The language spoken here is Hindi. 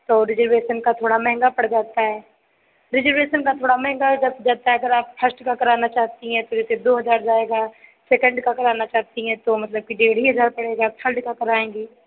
तो रिजर्वेशन का थोड़ा महँगा पड़ जाता है रिजर्वेशन का थोड़ा महँगा अगर हो जाता है अगर आप फर्स्ट का कराना चाहती हैं तो जैसे दो हज़ार जाएगा सेकण्ड का कराना चाहती हैं तो मतलब कि डेढ़ ही हज़ार पड़ेगा थर्ड का कराएँगी